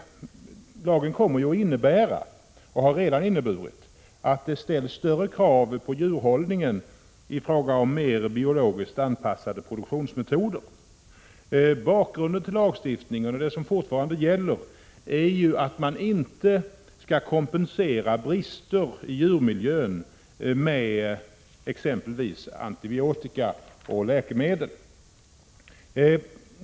Lagen har redan inneburit och kommer att innebära att det ställs större krav på djurhållningen i fråga om mer biologiskt anpassade produktionsmetoder. Bakgrunden till lagstiftningen är att brister i djurmiljön inte skall kompenseras med exempelvis antibiotika och läkemedel.